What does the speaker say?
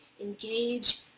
engage